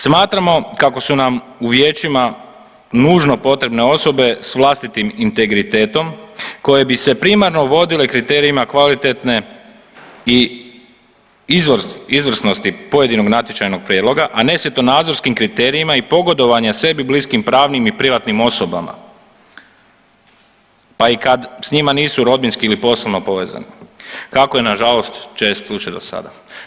Smatramo kako su nam u vijećima nužno potrebne osobe s vlastitim integritetom koje bi se primarno vodile kriterijima kvalitetne i izvrsnosti pojedinog natječajnog prijedloga, a ne svjetonazorskim kriterijima i pogodovanja sebi bliskim pravnim i privatnim osobama, pa i kad s njima nisu rodbinski ili poslovno povezani, kako je nažalost čest slučaj do sada.